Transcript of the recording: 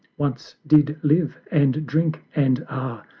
once did live, and drink and ah!